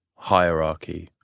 hierarchy,